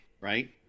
right